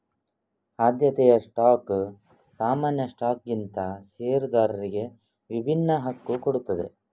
ಆದ್ಯತೆಯ ಸ್ಟಾಕ್ ಸಾಮಾನ್ಯ ಸ್ಟಾಕ್ಗಿಂತ ಷೇರುದಾರರಿಗೆ ವಿಭಿನ್ನ ಹಕ್ಕು ಕೊಡ್ತದೆ